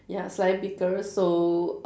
ya slightly bigger so